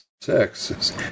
sex